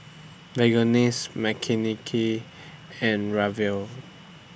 Verghese Makineni and Ramdev